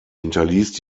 hinterließ